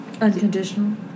Unconditional